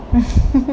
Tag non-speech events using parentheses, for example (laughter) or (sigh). (laughs)